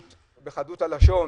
בחדות הלשון,